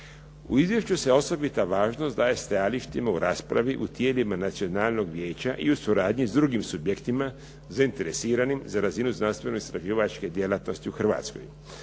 U izvješću se osobita važnost daje stajališta u raspravi u tijelima Nacionalnog vijeća i u suradnji s drugim subjektima zainteresiranim za razinu znanstveno-istraživačke djelatnosti u Hrvatskoj,